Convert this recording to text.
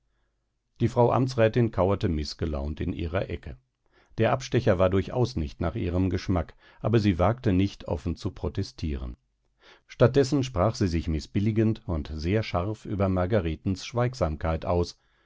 die frau amtsrätin kauerte mißgelaunt in ihrer ecke der abstecher war durchaus nicht nach ihrem geschmack aber sie wagte nicht offen zu protestieren statt dessen sprach sie sich mißbilligend und sehr scharf über margaretens schweigsamkeit aus